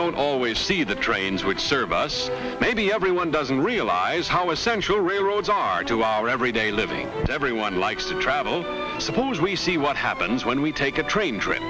don't always see the trains which serve us maybe everyone doesn't realize how essential railroads are to our everyday living everyone likes to travel suppose we see what happens when we take a train trip